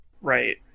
right